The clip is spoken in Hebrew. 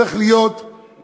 צריך להיות פרשן,